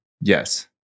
Yes